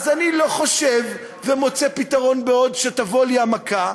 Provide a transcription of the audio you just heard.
אז אני לא חושב ומוצא פתרון בעוד, שתבוא לי המכה,